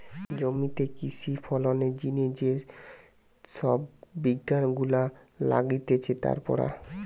জমিতে কৃষি ফলনের জিনে যে সব বিজ্ঞান গুলা লাগতিছে তার পড়া